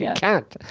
yeah can't.